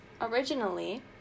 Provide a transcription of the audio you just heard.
Originally